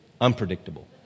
unpredictable